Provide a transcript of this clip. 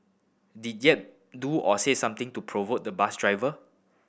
did Yap do or say something to provoke the bus driver